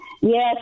yes